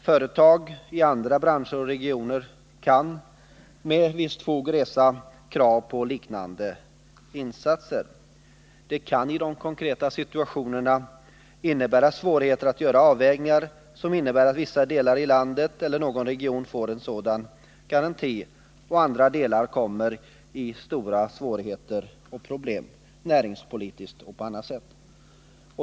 Företag i andra branscher och regioner kan med visst fog resa krav på liknande insatser. Det kan i konkreta situationer medföra svårigheter att göra avvägningar, som innebär att vissa delar av landet eller 81 någon region får en sådan garanti, medan andra delar får stora svårigheter näringspolitiskt eller på annat sätt.